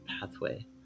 pathway